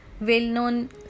Well-known